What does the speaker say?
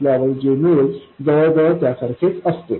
असल्यावर जे मिळते जवळजवळ त्या सारखेच असते